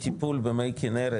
טיפול במי כנרת,